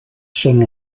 són